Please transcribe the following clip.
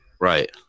Right